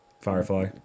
Firefly